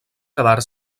quedar